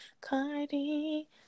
Cardi